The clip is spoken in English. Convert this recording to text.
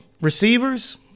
receivers